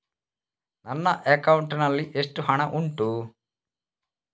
ನನ್ನ ಅಕೌಂಟ್ ನಲ್ಲಿ ಎಷ್ಟು ಹಣ ಉಂಟು?